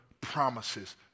promises